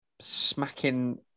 smacking